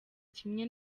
kimwe